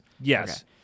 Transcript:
yes